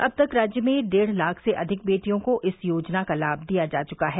अब तक राज्य में डेढ़ लाख से अधिक बेटियों को इस योजना का लाभ दिया जा चुका है